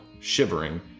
shivering